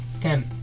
Ten